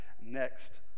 next